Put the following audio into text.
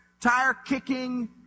tire-kicking